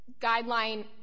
guideline